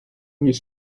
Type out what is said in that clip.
jest